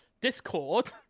Discord